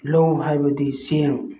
ꯂꯧ ꯍꯥꯏꯕꯗꯤ ꯆꯦꯡ